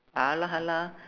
!alah! !hanna!